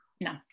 no